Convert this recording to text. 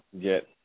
get